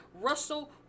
Russell